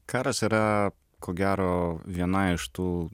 karas yra ko gero viena iš tų